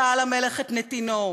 שאל המלך את הנתין.